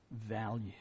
value